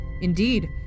Indeed